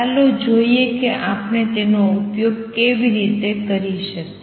ચાલો જોઈએ કે આપણે તેનો ઉપયોગ કેવી રીતે કરી શકીએ